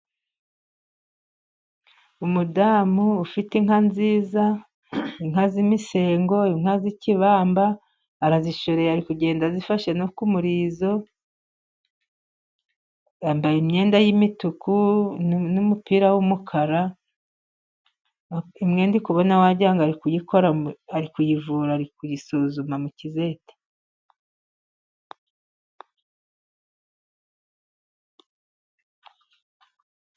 Umudamu ufite inka nziza inka z'imisengo, inka z'ikibamba arazishore ari kugenda azifashe no kumurizo. Yambaye imyenda y'imituku n'umupira w'umukara, arikugenda wagira ngo ari kuyivura ari kugisuzuma mu kizete.